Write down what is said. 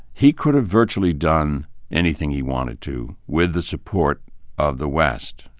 he could have virtually done anything he wanted to with the support of the west.